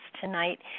tonight